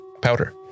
powder